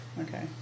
Okay